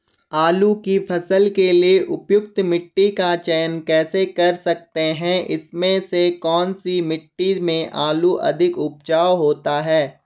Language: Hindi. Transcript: आलू की फसल के लिए उपयुक्त मिट्टी का चयन कैसे कर सकते हैं इसमें से कौन सी मिट्टी में आलू अधिक उपजाऊ होता है?